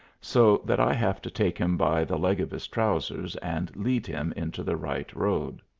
so that i have to take him by the leg of his trousers and lead him into the right road.